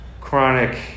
chronic